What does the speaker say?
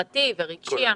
וחברתי ורגשי.